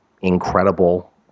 incredible